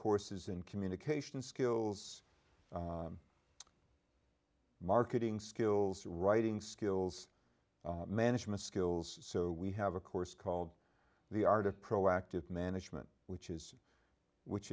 courses in communication skills marketing skills writing skills management skills so we have a course called the art of proactive management which is which